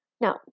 Now